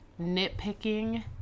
nitpicking